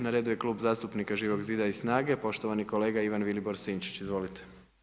Na redu je klub zastupnika Živog zida i Snage, poštovani kolega Ivan Vilibor Sinčić, izvolite.